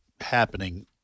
happening